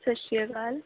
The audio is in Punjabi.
ਸਤਿ ਸ਼੍ਰੀ ਅਕਾਲ